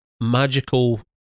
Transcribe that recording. magical